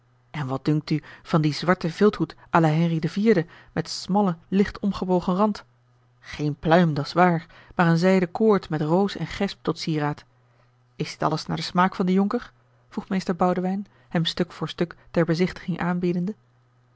en wat dunkt u van dien zwarten vilthoed à la henri iv met smallen licht omgebogen rand geen pluim dat is waar maar een zijden koord met roos en gesp tot sieraad is dit alles naar den smaak van den jonker vroeg meester boudewijn hem stuk voor stuk ter bezichtiging aanbiedende